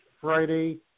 Friday